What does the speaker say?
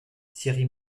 thierry